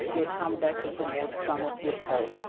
will come back and promote some of your posts.